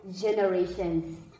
generations